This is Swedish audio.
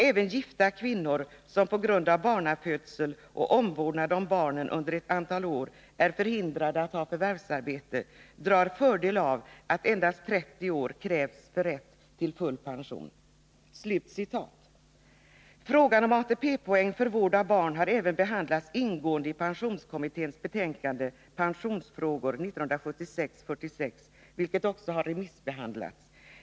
Även gifta kvinnor, som på grund av barnafödsel och omvårdnad om barnen under ett antal år är förhindrade att ha förvärvsarbete, drar fördel av att endast 30 poängår krävs för rätt till full pension.” Frågan om ATP-poäng för vård av barn har även behandlats ingående i pensionskommitténs betänkande Pensionsfrågor, SOU 1976:46, vilket också har remissbehandlats.